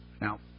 Now